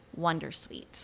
wondersuite